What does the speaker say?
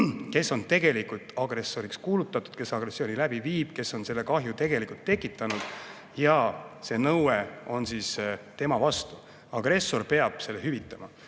kes on tegelikult agressoriks kuulutatud, kes agressiooni läbi viib, kes on selle kahju tekitanud. See nõue on tema vastu. Agressor peab selle hüvitama.